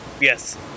Yes